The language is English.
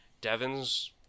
devon's